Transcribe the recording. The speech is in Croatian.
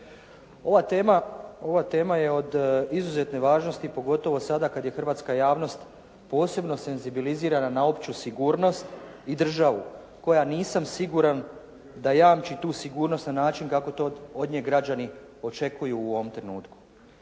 Ova tema je od izuzetne važnosti, pogotovo sada kad je hrvatska javnost posebno senzibilizirana na opću sigurnost i državu koja, nisam siguran da jamči tu sigurnost na način kako to od nje građani očekuju u ovom trenutku.